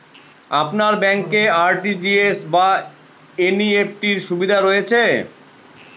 আপনার ব্যাংকে আর.টি.জি.এস বা এন.ই.এফ.টি র সুবিধা রয়েছে?